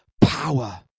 power